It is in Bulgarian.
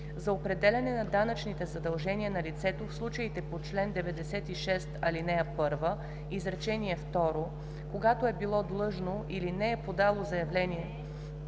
За определяне на данъчните задължения на лицето в случаите по чл. 96, ал. 1, изречение второ, когато е било длъжно, но не е подало заявление